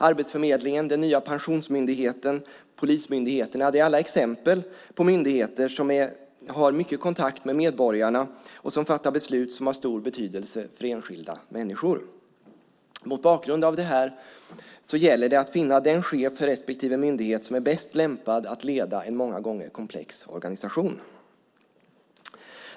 Arbetsförmedlingen, den nya Pensionsmyndigheten och polismyndigheterna är alla exempel på myndigheter som har mycket kontakt med medborgarna och som fattar beslut som har stor betydelse för enskilda människor. Mot bakgrund av detta gäller det att finna den chef för respektive myndighet som är bäst lämpad att leda en många gånger komplex organisation.